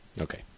Okay